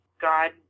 God